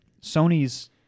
Sony's